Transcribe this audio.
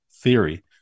theory